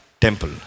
temple